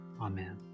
Amen